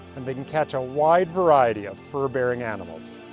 and they can catch a wide variety of fur bearing animals.